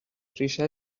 ریشه